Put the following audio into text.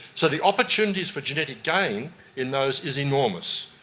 so the opportunities for genetic gain in those is enormous,